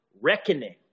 reckoning